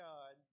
God